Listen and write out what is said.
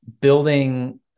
building